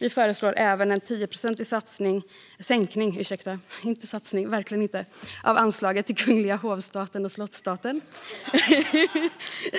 Vi föreslår även en 10-procentig sänkning av anslaget till Kungliga hov och slottsstaten